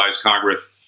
Congress